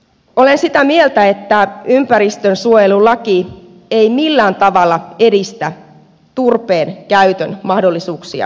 olen sitä mieltä että ympäristönsuojelulaki ei millään tavalla edistä turpeen käytön mahdollisuuksia suomessa